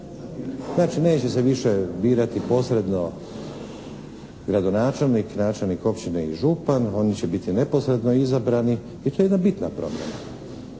Znači neće se više birati posredno gradonačelnik, načelnik općine i župan, oni će biti neposredno izabrani i to je jedna bitna promjena.